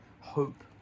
hope